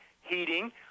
heating